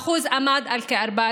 הזה אם לא היינו הופכים את